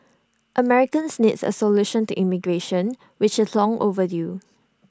Americans needs A solution to immigration which is long overdue